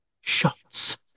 shots